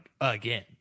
again